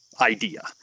idea